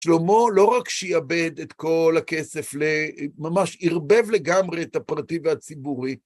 שלמה לא רק שיעבד את כל הכסף, ממש ערבב לגמרי את הפרטי והציבורי,